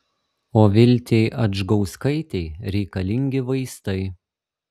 o viltei adžgauskaitei reikalingi vaistai